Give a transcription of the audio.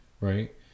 Right